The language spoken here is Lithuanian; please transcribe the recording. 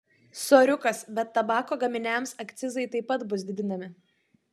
soriukas bet tabako gaminiams akcizai taip pat bus didinami